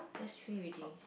that's three already